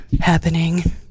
happening